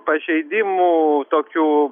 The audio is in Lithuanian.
pažeidimų tokių